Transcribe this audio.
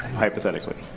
hypothetically.